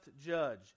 judge